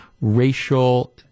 racial